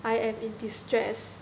I am in distress